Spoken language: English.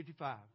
55